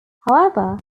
however